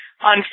On